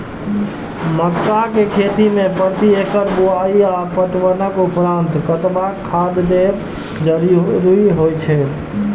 मक्का के खेती में प्रति एकड़ बुआई आ पटवनक उपरांत कतबाक खाद देयब जरुरी होय छल?